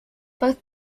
both